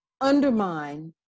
undermine